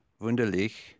Wunderlich